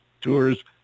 tours